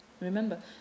Remember